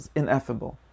ineffable